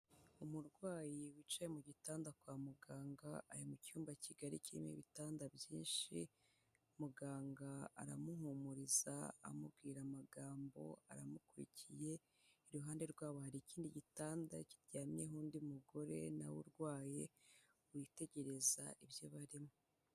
Umurwayi wicaye mu gitanda kwa muganga, ari mu cyumba kigari kirimo ibitanda byinshi, muganga aramuhumuriza amubwira amagambo, aramukurikiye, iruhande rwabo hari ikindi gitanda kiryamyeho undi mugore na urwaye witegereza ibyo barimo.